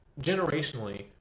generationally